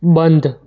બંધ